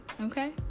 Okay